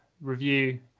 review